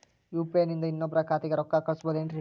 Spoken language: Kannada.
ಯು.ಪಿ.ಐ ನಿಂದ ಇನ್ನೊಬ್ರ ಖಾತೆಗೆ ರೊಕ್ಕ ಕಳ್ಸಬಹುದೇನ್ರಿ?